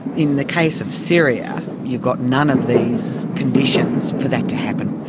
in the case of syria you've got none of these conditions for that to happen.